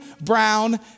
brown